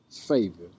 favor